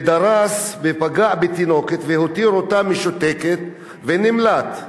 דרס, פגע בתינוקת, הותיר אותה משותקת, ונמלט.